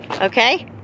Okay